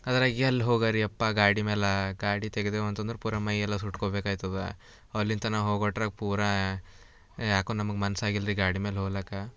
ಅದ್ರಗೆ ಎಲ್ಲಿ ಹೋಗಾರಿಯಪ್ಪ ಗಾಡಿ ಮೇಲೆ ಗಾಡಿ ತೆಗ್ದೇವಂತದ್ರ ಪೂರ ಮೈಯೆಲ್ಲ ಸುಟ್ಕೊ ಬೇಕಾಯ್ತದ ಅಲ್ಲೀತನ ಹೋಗಟ್ರಗೆ ಪೂರಾ ಯಾಕೋ ನಮಗೆ ಮನಸಾಗಿಲ್ರಿ ಗಾಡಿ ಮ್ಯಾಲೆ ಹೋಗಲಾಕ